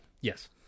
yes